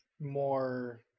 more